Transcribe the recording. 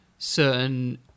Certain